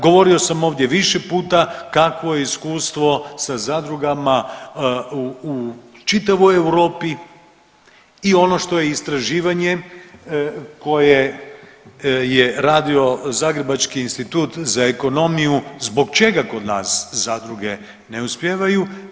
Govorio sam ovdje više puta kakvo je iskustvo sa zadrugama u čitavoj Europi i ono što je istraživanje koje je radio zagrebački Institut za ekonomiju, zbog čega kod nas zadruge ne uspijevaju.